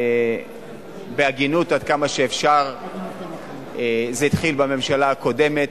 בהגינות עד כמה שאפשר, זה התחיל בממשלה הקודמת,